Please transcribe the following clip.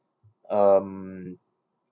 um